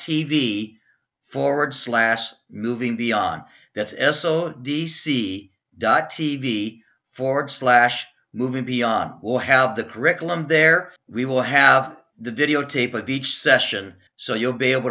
tv forward slash moving beyond that's s o d c dot tv forward slash moving beyond will have the curriculum there we will have the videotape of each session so you'll be able